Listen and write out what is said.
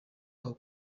aho